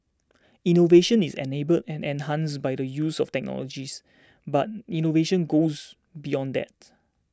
innovation is enabled and enhanced by the use of technologies but innovation goes beyond that